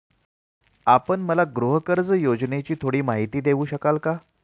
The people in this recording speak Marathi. आपण मला गृहकर्ज योजनेची थोडी माहिती देऊ शकाल का?